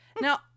Now